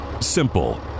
Simple